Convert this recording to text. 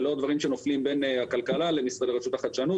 ולא דברים שנופלים בין הכלכלה למשרד הרשות לחדשנות